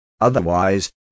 otherwise